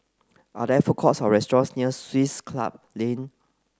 are there food courts or restaurants near Swiss Club Lane